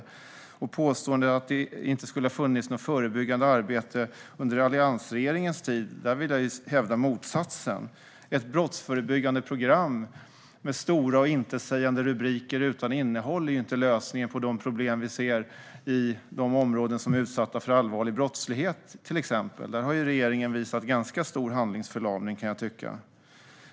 När det gäller påståendet att det inte skulle ha funnits något förebyggande arbete under alliansregeringens tid vill jag hävda motsatsen. Ett brottsförebyggande program med stora och intetsägande rubriker utan innehåll är inte lösningen på de problem som vi ser i till exempel de områden som är utsatta för allvarlig brottslighet. Där kan jag tycka att regeringen har visat ganska stor handlingsförlamning.